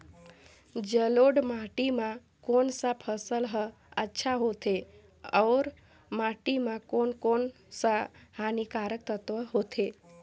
जलोढ़ माटी मां कोन सा फसल ह अच्छा होथे अउर माटी म कोन कोन स हानिकारक तत्व होथे?